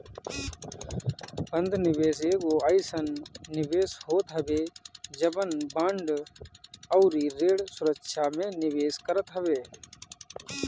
बंध निवेश एगो अइसन निवेश होत हवे जवन बांड अउरी ऋण सुरक्षा में निवेश करत हवे